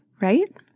right